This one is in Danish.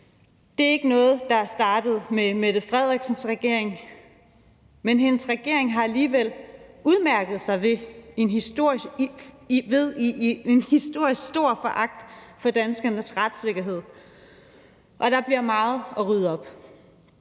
Det er ikke noget, der er startet med Mette Frederiksens regering, men hendes regering har alligevel udmærket sig ved en historisk stor foragt for danskernes retssikkerhed, og der bliver meget at rydde op.